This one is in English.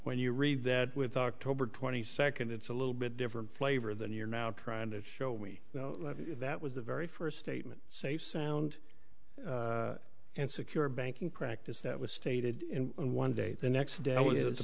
when you read that with october twenty second it's a little bit different flavor than you're now trying to show me that was the very first statement safe sound and secure banking practice that was stated in one day the next day when it was a